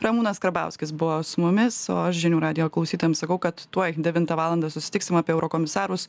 ramūnas karbauskis buvo su mumis o aš žinių radijo klausytojams sakau kad tuoj devintą valandą susitiksim apie eurokomisarus